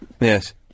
Yes